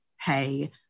pay